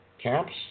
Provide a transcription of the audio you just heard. camps